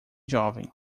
jovem